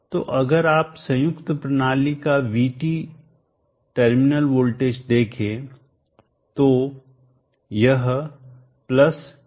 तो अगर आप संयुक्त प्रणाली का VT टर्मिनल वोल्टेज देखें तो यह प्लस यह है